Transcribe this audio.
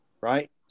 Right